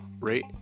rate